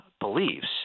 beliefs